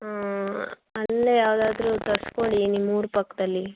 ಹಾಂ ಅಲ್ಲೇ ಯಾವುದಾದ್ರೂ ತರ್ಸ್ಕೊಳ್ಳಿ ನಿಮ್ಮ ಊರ ಪಕ್ಕದಲ್ಲಿ